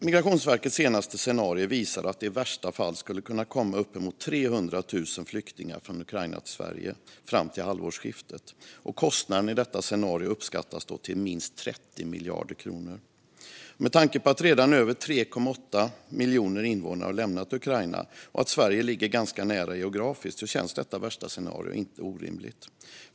Migrationsverkets senaste scenario visar att det i värsta fall skulle kunna komma uppemot 300 000 flyktingar från Ukraina till Sverige fram till halvårsskiftet. Kostnaden i detta scenario uppskattas till minst 30 miljarder kronor. Med tanke på att över 3,8 miljoner invånare redan har lämnat Ukraina och att Sverige ligger ganska nära geografiskt känns detta värsta scenario inte orimligt.